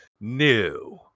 new